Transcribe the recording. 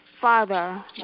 Father